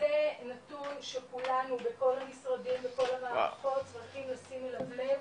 וזה נתון שכולנו בכל המשרדים בכל המערכות צריכים לשים אליו לב,